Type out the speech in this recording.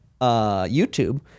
youtube